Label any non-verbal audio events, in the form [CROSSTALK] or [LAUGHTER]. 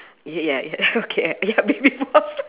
ya ya okay [LAUGHS] ya baby boss [LAUGHS]